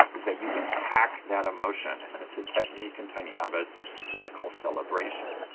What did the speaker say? is that you can hack that emotion, and it's a technique in tiny habits that i call celebration.